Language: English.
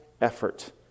effort